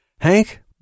Hank